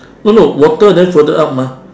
no no water then further up mah